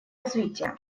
развития